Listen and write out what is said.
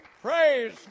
Praise